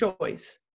choice